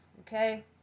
okay